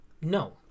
No